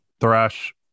thrash